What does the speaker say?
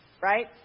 Right